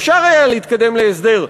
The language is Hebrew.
אפשר היה להתקדם להסדר,